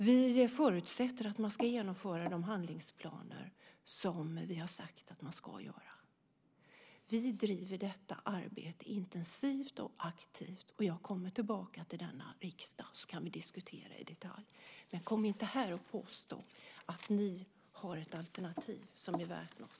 Vi förutsätter att man ska genomföra de handlingsplaner som vi har sagt att man ska genomföra. Vi driver detta arbete intensivt och aktivt. Jag kommer tillbaka till denna riksdag, och då kan vi diskutera i detalj. Men kom inte här och påstå att ni har ett alternativ som är värt något.